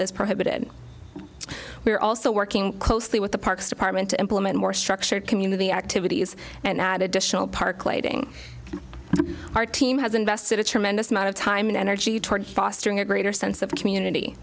is prohibited we are also working closely with the parks department to implement more structured community activities and add additional park lighting our team has invested a tremendous amount of time and energy toward fostering a greater sense of community